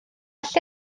well